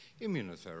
immunotherapy